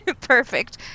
perfect